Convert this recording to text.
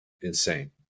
insane